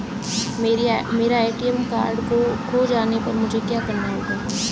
मेरा ATM card खो जाने पर मुझे क्या करना होगा?